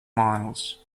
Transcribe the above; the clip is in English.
miles